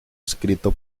escrito